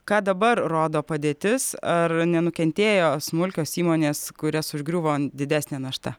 ką dabar rodo padėtis ar nenukentėjo smulkios įmonės kurias užgriuvo didesnė našta